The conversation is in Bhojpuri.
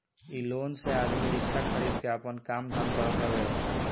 इ लोन से आदमी रिक्शा खरीद के आपन काम धाम करत हवे